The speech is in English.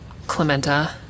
Clementa